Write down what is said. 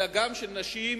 אלא גם של נשים